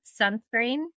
sunscreen